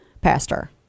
pastor